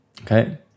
Okay